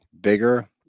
bigger